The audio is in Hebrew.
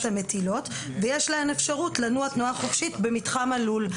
המטילות ויש להן אפשרות לנוע תנועה חופשית במתחם הלול.